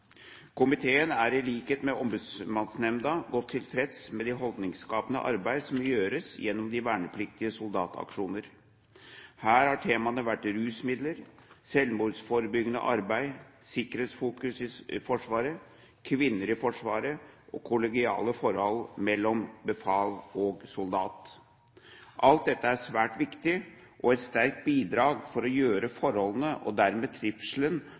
Komiteen er i likhet med Ombudsmannsnemnda godt tilfreds med det holdningsskapende arbeid som gjøres gjennom de vernepliktige soldataksjoner. Her har temaene vært rusmidler, selvmordsforebyggende arbeid, sikkerhetsfokus i Forsvaret, kvinner i Forsvaret og kollegiale forhold mellom befal og soldat. Alt dette er svært viktig og et sterkt bidrag til å gjøre forholdene og dermed trivselen